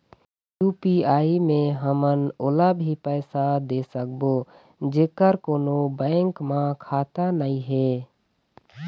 UPI मे हमन ओला भी पैसा दे सकबो जेकर कोन्हो बैंक म खाता नई हे?